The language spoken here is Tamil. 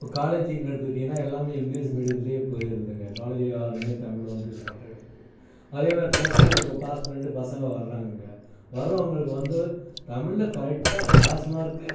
இப்போ காலேஜின்னு எடுத்துக்கிட்டிங்கன்னால் எல்லாமே இங்கிலீஸ் மீடியத்துலேயே போயிடுதுங்க காலேஜில் யாருமே தமிழை வந்து இது பண்ணுறது கிடையாது அதே நேரத்தில் ப்ளஸ் டூ இப்போ பாஸ் பண்ணிவிட்டு பசங்க வராங்கங்க வரவங்களுக்கு வந்து தமிழில் கரெக்டாக பாஸ் மார்க்கு